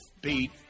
Beat